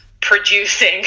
producing